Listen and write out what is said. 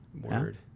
Word